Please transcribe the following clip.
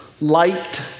liked